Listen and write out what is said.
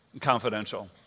confidential